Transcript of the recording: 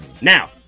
Now